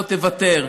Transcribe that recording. בוא תוותר.